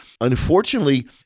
Unfortunately